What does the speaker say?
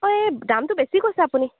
অঁ এই দামটো বেছি কৈছে আপুনি